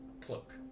cloak